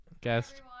Guest